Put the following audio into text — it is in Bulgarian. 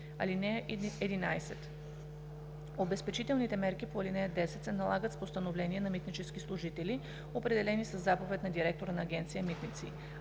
(11) Обезпечителните мерки по ал. 10 се налагат с постановление на митнически служители, определени със заповед на директора на Агенция „Митници“.